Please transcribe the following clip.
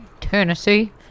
Tennessee